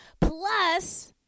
Plus